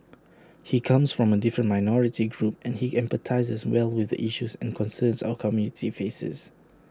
he comes from A different minority group and he empathises well with the issues and concerns our community faces